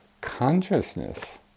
Consciousness